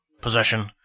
possession